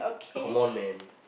come on man